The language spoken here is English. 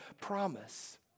promise